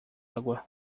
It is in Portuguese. água